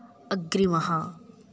अग्रिमः